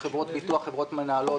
בחברות ביטוח ובחברות מנהלות,